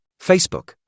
Facebook